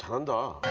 and